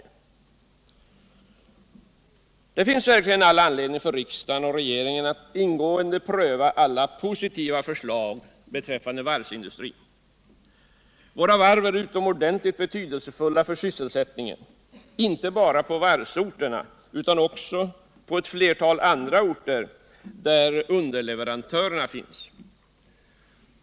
Det finns verkligen all anledning för riksdagen och regeringen att ingående pröva alla positiva förslag beträffande varvsindustrin. Våra varv är utomordentligt betydelsefulla för sysselsättningen — inte bara på varvsorterna utan också på ett flertal andra orter där underleverantörer finns.